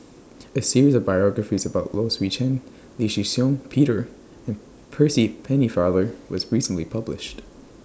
A series of biographies about Low Swee Chen Lee Shih Shiong Peter and Percy Pennefather was recently published